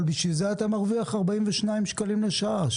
אבל בשביל זה אתה מרוויח 42 שקלים לשעה.